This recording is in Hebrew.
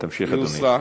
היא הוסרה.